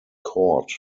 chord